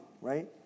right